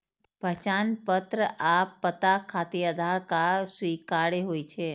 पहचान पत्र आ पता खातिर आधार कार्ड स्वीकार्य होइ छै